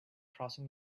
crossing